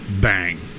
bang